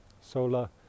sola